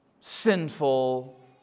sinful